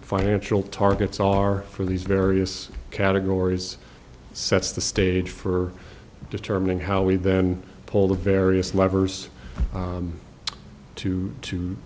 financial targets are for these various categories sets the stage for determining how we then pull the various levers to to